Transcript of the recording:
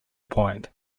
point